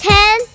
Ten